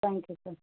thank you sir